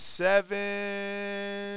seven